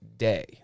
Day